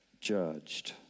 judged